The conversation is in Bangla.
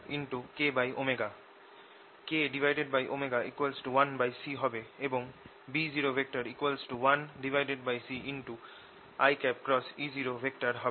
k 1C হবে এবং B01C হবে